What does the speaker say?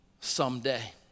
someday